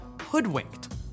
hoodwinked